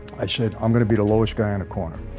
i said i'm gonna be the lowest guy in a corner.